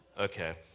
Okay